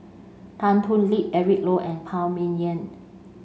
Tan Thoon Lip Eric Low and Phan Ming Yen